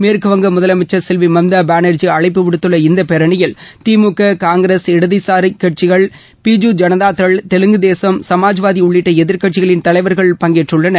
மேற்குவங்க முதலமைச்சர் செல்வி மம்தா பானர்ஜி அழைப்பு விடுத்துள்ள இந்த பேரணியில் திமுக காங்கிரஸ் இடதுசார் கட்சிகள் பிஜு ஜனதாதள் தெலுங்கு தேசம் சமாஜ்வாதி உள்ளிட்ட எதிர்க்கட்சிகளின் தலைவர்கள் பங்கேற்றுள்ளனர்